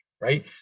Right